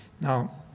Now